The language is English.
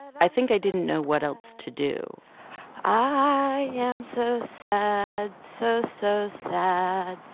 i think i didn't know what else to do i am so sad, so, so sad,